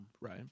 Right